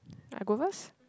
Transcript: I go first